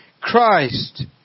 Christ